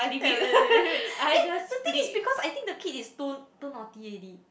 eh the thing is because I think the kid is too too naughty already